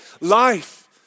life